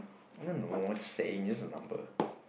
I don't know just saying it's the number